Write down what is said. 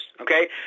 okay